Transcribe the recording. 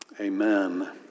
amen